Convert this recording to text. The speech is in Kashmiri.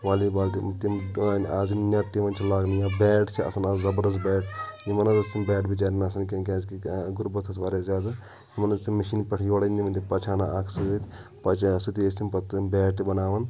والی بال تِم تِم تام آز یِم نٮ۪ٹ تہِ یِوان چھِ لاگنہٕ یا بیٹ چھِ آسان آز زَبردَس بیٹ یِمَن حظ ٲسۍ نہٕ بیٹ بِچارٮ۪ن آسان کینٛہہ کیٛازِکہِ غُربَت ٲس واریاہ زیادٕ یِمَن ٲسۍ تِم مِشیٖن پٮ۪ٹھٕ یورٕ نِوان تِم پَچہِ ہنا اَکھ سۭتۍ پَچہِ سۭتۍ ٲسۍ تِم پَتہٕ تِم بیٹ تہِ بَناوان